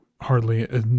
hardly